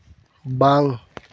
ᱵᱟᱝ